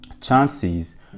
chances